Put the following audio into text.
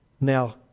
now